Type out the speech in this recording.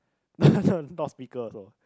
not speaker also